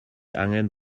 angen